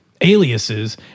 aliases